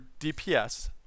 DPS